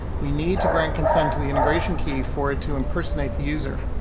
we need to grant consent to the integration key for it to impersonate the user.